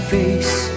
face